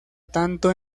tanto